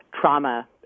trauma